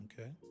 Okay